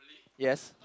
yes